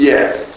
Yes